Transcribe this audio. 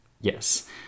Yes